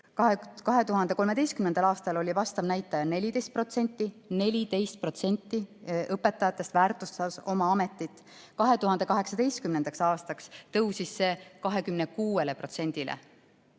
2013. aastal oli vastav näitaja 14%, st 14% õpetajatest väärtustas oma ametit. 2018. aastaks tõusis see 26%‑le.